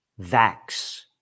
Vax